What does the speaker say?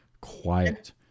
quiet